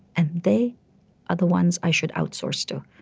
and they are the ones i should outsource to.